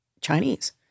Chinese